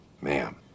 Ma'am